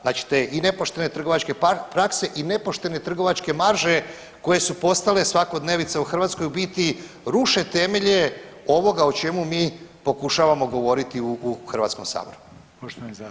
Znači i te nepoštene trgovačke prakse i nepoštene trgovačke marže koje su postale svakodnevnica u Hrvatskoj u biti ruše temelje ovoga o čemu mi pokušavamo govoriti u Hrvatskom saboru.